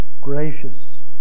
gracious